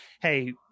hey